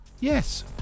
yes